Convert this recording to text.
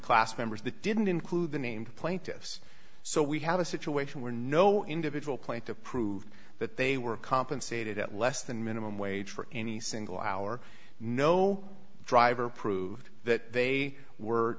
class members that didn't include the named plaintiffs so we have a situation where no individual claim to prove that they were compensated at less than minimum wage for any single hour no driver proved that they were